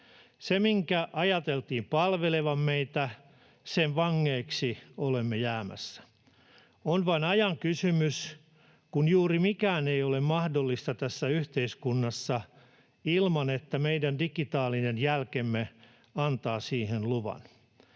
— minkä ajateltiin palvelevan meitä, sen vangeiksi olemme jäämässä. On vain ajan kysymys, milloin juuri mikään ei ole mahdollista tässä yhteiskunnassa ilman, että meidän digitaalinen jälkemme antaa siihen luvan.